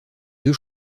deux